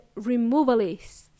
removalists